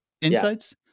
insights